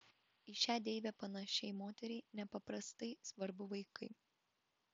į šią deivę panašiai moteriai nepaprastai svarbu vaikai